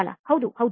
ಬಾಲಾ ಹೌದು ಹೌದು